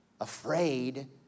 Afraid